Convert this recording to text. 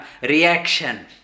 reaction